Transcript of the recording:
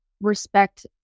respect